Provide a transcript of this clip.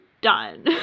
done